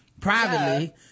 privately